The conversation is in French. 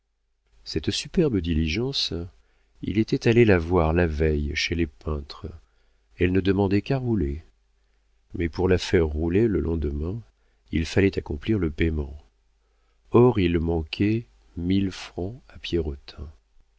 cette superbe diligence il était allé la voir la veille chez les peintres elle ne demandait qu'à rouler mais pour la faire rouler le lendemain il fallait accomplir le paiement or il manquait mille francs